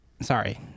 sorry